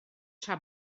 tra